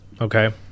okay